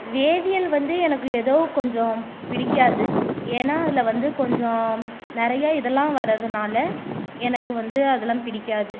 வேதியியல் வந்து எனக்கு எதோது கொஞ்சம் பிடிக்காது ஏன்னால் அதில் வந்து கொஞ்சம் நிறைய இததெலாம் வரதுனால எனக்கு வந்து அதெலாம் பிடிக்காது